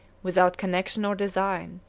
without connection or design,